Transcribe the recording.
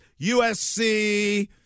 USC